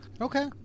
Okay